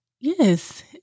Yes